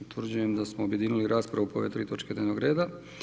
Utvrđujem da smo objedinili raspravo oko ove tri točke dnevnog reda.